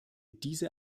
diese